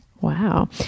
Wow